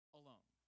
alone